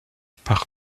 par